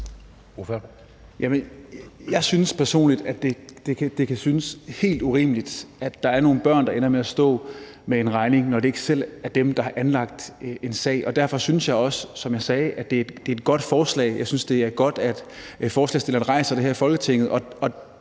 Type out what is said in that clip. Jeg synes personligt, at det kan virke helt urimeligt, at der er nogle børn, der ender med at stå med en regning, når det ikke er dem selv, der har anlagt en sag. Derfor synes jeg, som jeg sagde, også, at det er et godt forslag, og at det er godt, at forslagsstillerne rejser det her i Folketinget,